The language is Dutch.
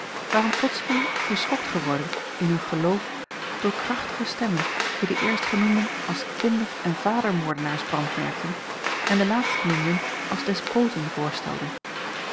waren plotsling geschokt geworden in hun geloof door krachtige stemmen die de eerstgenoemden als kinder en vadermoorders brandmerkten en de laatstgenoemden als despoten voorstelden